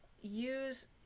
use